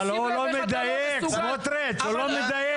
אבל הוא לא מדייק, סמוטריץ', הוא לא מדייק.